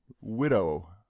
widow